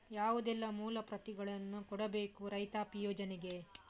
ಯಾವುದೆಲ್ಲ ಮೂಲ ಪ್ರತಿಗಳನ್ನು ಕೊಡಬೇಕು ರೈತಾಪಿ ಯೋಜನೆಗೆ?